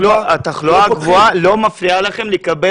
התחלואה הגבוהה לא מפריעה לכם לקבל